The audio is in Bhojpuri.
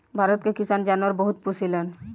भारत के किसान जानवर बहुते पोसेलन